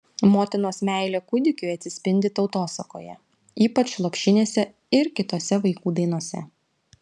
motinos meilė kūdikiui atsispindi tautosakoje ypač lopšinėse ir kitose vaikų dainose